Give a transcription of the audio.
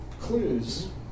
clues